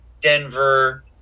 denver